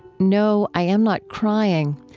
no, i am not crying.